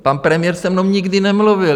Pan premiér se mnou nikdy nemluvil.